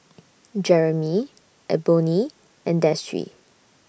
Jeramy Eboni and Destry